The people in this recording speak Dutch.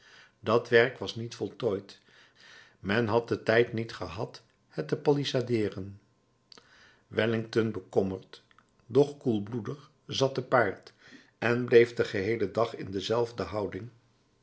dat werk was niet voltooid men had den tijd niet gehad het te palissadeeren wellington bekommerd doch koelbloedig zat te paard en bleef den geheelen dag in dezelfde houding